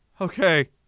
Okay